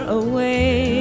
away